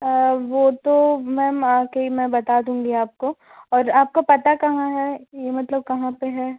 वह तो मैम मैं आ कर ही बता दूंगी मैम आपको और आप का पता कहाँ है यह मतलब कहाँ पर है